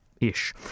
ish